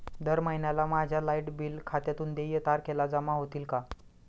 दर महिन्याला माझ्या लाइट बिल खात्यातून देय तारखेला जमा होतील का?